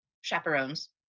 chaperones